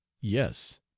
Yes